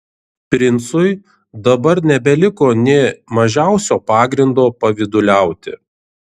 princui dabar nebeliko nė mažiausio pagrindo pavyduliauti